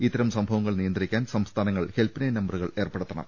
ഇത്തരം സംഭവങ്ങൾ നിയന്ത്രി ക്കാൻ സംസ്ഥാനങ്ങൾ ഹെൽപ്ലൈൻ നമ്പറുകൾ ഏർപ്പെടുത്തണം